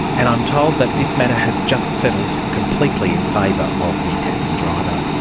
and i'm told that this matter has just settled completely in favour of the taxi driver.